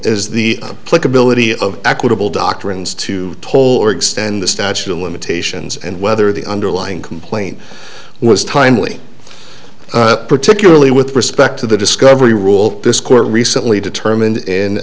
is the click ability of equitable doctrines to toll or extend the statute of limitations and whether the underlying complaint was timely particularly with respect to the discovery rule this court recently determine